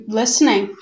listening